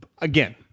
Again